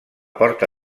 porta